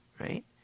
right